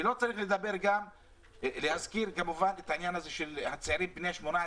ולא צריך להזכיר כמובן את העניין של הצעירים בני 18,